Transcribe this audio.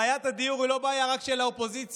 בעיית הדיור היא לא בעיה רק של האופוזיציה,